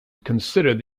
considered